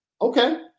Okay